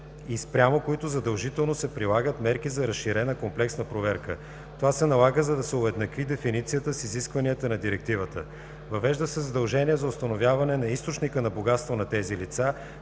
и спрямо които задължително се прилагат мерки за разширена комплексна проверка. Това се налага, за да се уеднакви дефиницията с изискванията на Директивата. Въвежда се задължение за установяване на източника на богатство на тези лица,